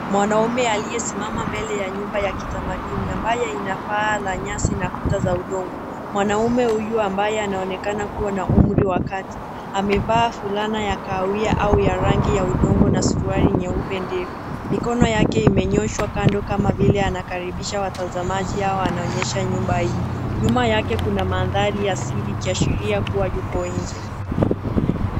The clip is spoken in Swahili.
Mwanaume aliyesimama mbele ya nyumba ya kitamaduni ambayo ina paa la nyasi na kuta za udongo. Mwanaume huyu ambaye anaonekana kuwa na umri wa kati, amevaa fulana ya kahawia au ya rangi ya udongo na suruali nyeupe ndefu. Mikono yake imenyooshwa kando kama vile anakaribisha watazamaji au anaonyesha nyumba hiyo. Nyuma yake kuna mandhari asili ikiashiria kuwa yuko nje.